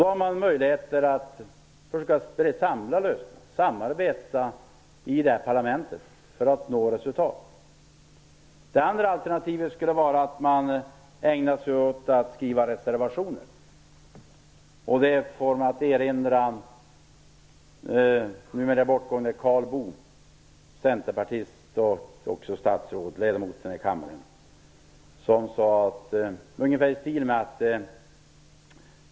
Nu har man möjligheter att nå samlade lösningar och samarbeta i detta parlament för att nå resultat. Det andra alternativet skulle vara att ägna sig åt att skriva reservationer. Det får mig att erinra vad den numera bortgångne Karl Boo, centerpartist, f.d. statsråd och ledamot i denna kammare, sade.